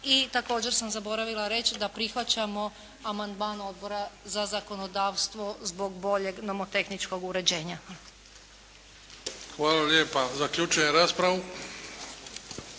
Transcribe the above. I također sam zaboravila reć' da prihvaćamo amandman Odbora za zakonodavstvo zbog boljeg nomotehničkog uređenja. Hvala. **Bebić, Luka